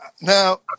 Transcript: Now